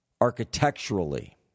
architecturally